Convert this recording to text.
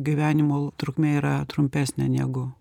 gyvenimo trukmė yra trumpesnė negu